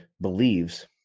believes